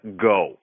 go